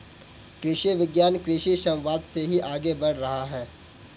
कृषि विज्ञान कृषि समवाद से ही आगे बढ़ रहा है